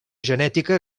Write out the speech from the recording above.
genètica